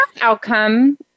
outcome